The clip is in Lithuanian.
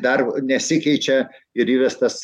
dar nesikeičia ir įvestas